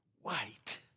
white